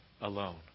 alone